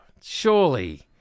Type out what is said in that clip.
surely